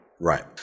Right